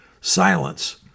silence